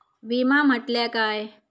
विमा म्हटल्या काय?